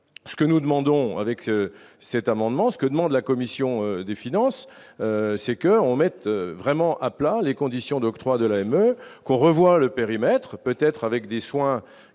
ce que nous demandons avec cette amendement ce que demande la commission des finances c'est que on mette vraiment à plat les conditions d'octroi de la qu'on revoit le périmètre peut-être avec des soins